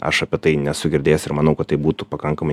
aš apie tai nesu girdėjęs ir manau kad tai būtų pakankamai